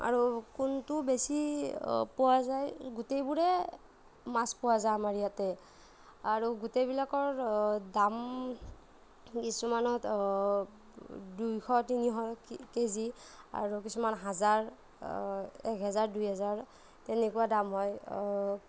আৰু কোনটো বেছি পোৱা যায় গোটেইবোৰে মাছ পোৱা যায় আমাৰ ইয়াতে আৰু গোটেইবিলাকৰ দাম কিছুমানত দুইশ তিনিশ কেজি আৰু কিছুমান হাজাৰ একহাজাৰ দুইহাজাৰ তেনেকুৱা দাম হয়